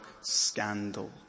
scandal